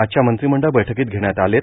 आजच्या मंत्रिमंडळ बैठकीत घेण्यात आलेत